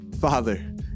Father